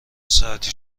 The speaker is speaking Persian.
ساعتی